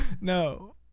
No